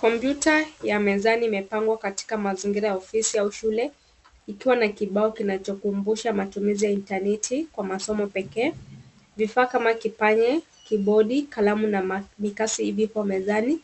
Kompyuta ya mezani imepangwa katika mazingira ya ofisi au shule, ikiwa na kibao kinachokumbusha matumizi ya intanenti kwa masomo pekee. Vifaa kama kipanya, kibodi, kalamu na vikase vipo mezani